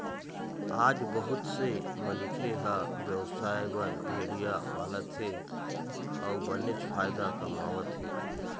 आज बहुत से मनखे ह बेवसाय बर भेड़िया पालत हे अउ बनेच फायदा कमावत हे